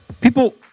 People